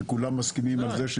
שכולם מסכימים לזה,